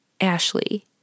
Ashley